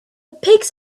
pigs